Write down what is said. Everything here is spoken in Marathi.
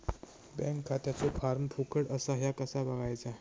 बँक खात्याचो फार्म फुकट असा ह्या कसा बगायचा?